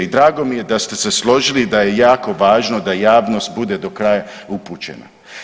I drago mi je da ste se složili da je jako važno da javnost bude do kraja upućena.